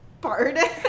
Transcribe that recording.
pardon